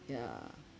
yeah